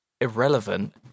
irrelevant